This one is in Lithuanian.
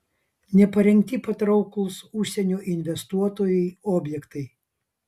neparengti patrauklūs užsienio investuotojui objektai